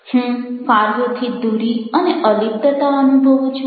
હું કાર્યોથી દૂરી અને અલિપ્તતા અનુભવું છું